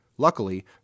Luckily